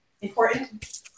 important